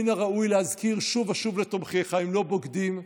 מן הראוי להזכיר שוב ושוב לתומכיך שהם לא בוגדים,